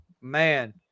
man